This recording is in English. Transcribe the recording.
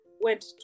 went